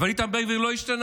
אבל איתמר בן גביר לא השתנה.